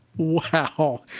Wow